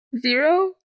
Zero